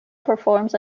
performs